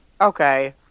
Okay